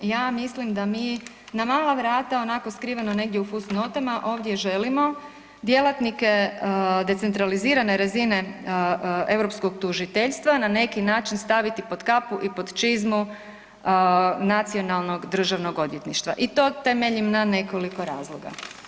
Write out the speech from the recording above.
Ja mislim da mi na mala vrata onako, skriveno negdje u fusnotama ovdje želimo djelatnike decentralizirane razine EU tužiteljstva na neki način staviti pod kapu i pod čizmu nacionalnog državnog odvjetništva i to temeljim na nekoliko razloga.